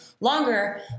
longer